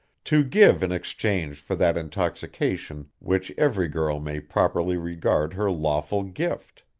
to give in exchange for that intoxication which every girl may properly regard her lawful gift?